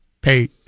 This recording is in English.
pay